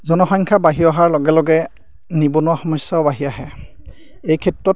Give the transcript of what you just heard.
জনসংখ্যা বাঢ়ি অহাৰ লগে লগে নিবনুৱা সমস্যাও বাঢ়ি আহে এই ক্ষেত্ৰত